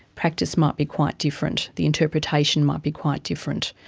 practice might be quite different, the interpretation might be quite different.